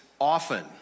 often